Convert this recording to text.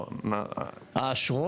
האשרות.